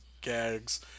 gags